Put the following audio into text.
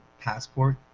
Passport